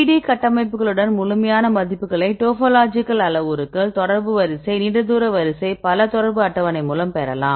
3D கட்டமைப்புகளுடன் முழுமையான மதிப்புகளை டோபோலாஜிக்கல் அளவுருக்கள் தொடர்பு வரிசை நீண்ட தூர வரிசை பல தொடர்பு அட்டவணை மூலம் பெறலாம்